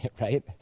Right